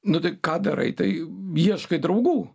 nu tai ką darai tai ieškai draugų